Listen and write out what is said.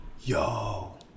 Yo